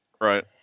Right